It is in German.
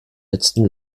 letztem